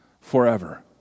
forever